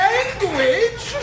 Language